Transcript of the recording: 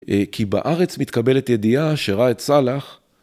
כי בארץ מתקבלת ידיעה שראה את סאלח.